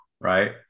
Right